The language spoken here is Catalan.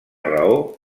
raó